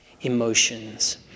emotions